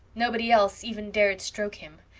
nobody else even dared stroke him.